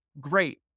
Great